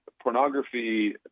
pornography